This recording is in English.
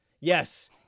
yes